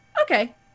okay